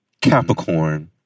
Capricorn